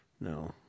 No